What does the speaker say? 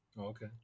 Okay